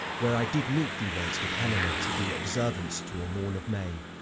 where i did meet thee once with helena to do observance to a morn of may,